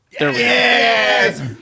Yes